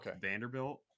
Vanderbilt